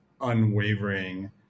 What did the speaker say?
unwavering